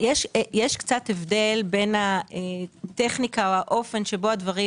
יש קצת הבדל בין הטכניקה או האופן שבו הדברים